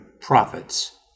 prophets